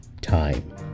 Time